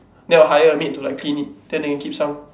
and they will hire a maid to like clean it then they keep some